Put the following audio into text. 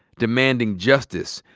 demanding justice,